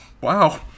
Wow